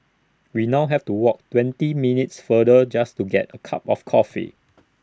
we now have to walk twenty minutes farther just to get A cup of coffee